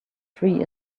free